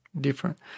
different